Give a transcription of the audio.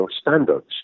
standards